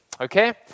Okay